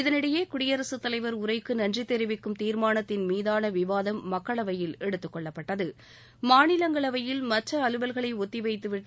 இதனிடையே குடியரசுத் தலைவர் உரைக்கு நன்றி தெரிவிக்கும் தீர்மானத்தின் மீதான விவாதம் மக்களவையில் எடுத்துக் கொள்ளப்பட்டது மாநிலங்களவையில் மற்ற அலுவல்களை ஒத்திவைத்துவிட்டு